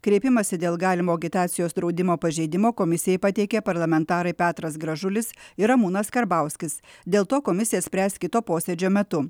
kreipimąsi dėl galimo agitacijos draudimo pažeidimo komisijai pateikė parlamentarai petras gražulis ir ramūnas karbauskis dėl to komisija spręs kito posėdžio metu